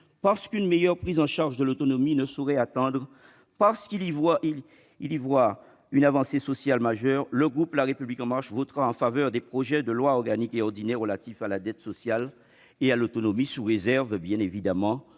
parce qu'une meilleure prise en charge de l'autonomie ne saurait attendre, parce qu'il y voit une avancée sociale majeure, le groupe La République En Marche votera en faveur des projets de loi organique et ordinaire relatifs à la dette sociale et à l'autonomie, sous réserve évidemment